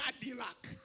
Cadillac